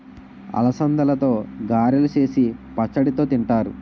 అలసందలతో గారెలు సేసి పచ్చడితో తింతారు